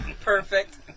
Perfect